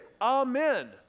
amen